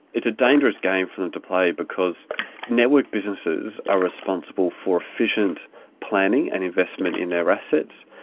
it's a dangerous game for them to play, because network businesses are responsible for efficient planning and investment in their assets.